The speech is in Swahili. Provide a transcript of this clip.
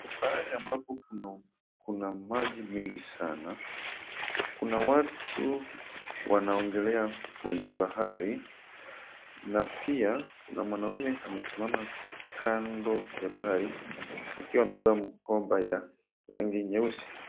Bahari ambapo kuna maji mengi sana, kuna watu wanaogelea kwenye bahari na pia kuna mwanaume amesimama kando ya bahari akiwa amevaa mkoba wa rangi nyeusi.